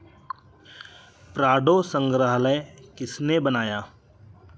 Prado संग्राहलय किसने बनाया